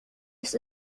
ist